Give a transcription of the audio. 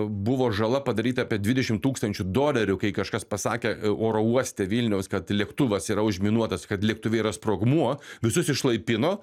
buvo žala padaryta apie dvidešimt tūkstančių dolerių kai kažkas pasakė oro uoste vilniaus kad lėktuvas yra užminuotas kad lėktuve yra sprogmuo visus išlaipino